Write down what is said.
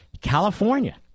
California